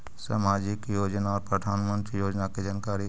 समाजिक योजना और प्रधानमंत्री योजना की जानकारी?